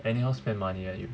anyhow spend money leh you